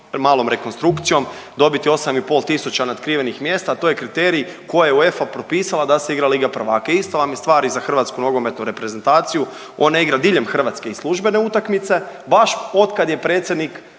malom rekonstrukcijom dobiti 8 i pol tisuća natkrivenih mjesta a to je kriterij koji je UEFA propisala da se igra Liga prvaka. Ista vam je stvar i za hrvatsku nogometnu reprezentaciju. Ona igra diljem Hrvatske i službene utakmice baš od kad je predsjednik